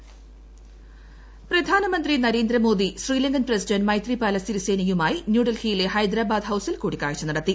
ഉഭയകക്ഷി ചർച്ച പ്രധാനമന്ത്രി നരേന്ദ്രമോദി ശ്രീലങ്കൻ പ്രസിഡന്റ് മൈത്രിപാല സിരിസേനയുമായി ന്യൂഡൽഹിയിലെ ഹൈദരാബാദ് ഹൌസിൽ കൂടിക്കാഴ്ച നടത്തി